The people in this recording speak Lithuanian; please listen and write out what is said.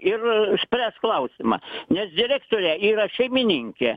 ir spręs klausimą nes direktorė yra šeimininkė